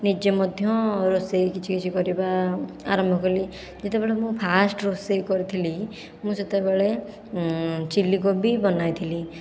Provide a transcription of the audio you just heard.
ନିଜେ ମଧ୍ୟ ରୋଷେଇ କିଛି କିଛି କରିବା ଆରମ୍ଭ କଲି ଯେତେବେଳେ ମୁଁ ଫାଷ୍ଟ ରୋଷେଇ କରୁଥିଲି ମୁଁ ସେତବେଳେ ଚିଲି କୋବି ବନାଇଥିଲି